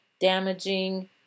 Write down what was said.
damaging